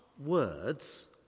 words